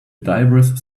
diverse